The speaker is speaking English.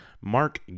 mark